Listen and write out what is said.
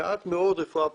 מעט מאוד ברפואה פרטית.